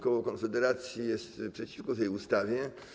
Koło Konfederacja jest przeciwko tej ustawie.